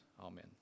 amen